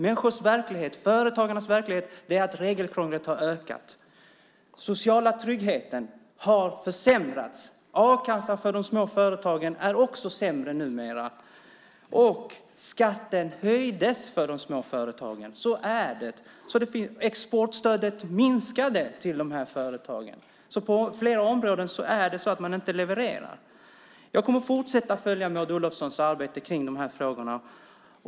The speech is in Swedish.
Människors verklighet och företagarnas verklighet är att regelkrånglet har ökat. Den sociala tryggheten har försämrats. A-kassan för de små företagen är också sämre numera, och skatten höjdes för de små företagen. Så är det. Exportstödet minskade till de här företagen. På flera områden är det alltså så att man inte levererar. Jag kommer att fortsätta att följa Maud Olofssons arbete med de här frågorna.